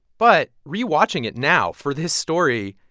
but rewatching it now for this story,